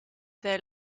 their